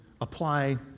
apply